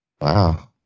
Wow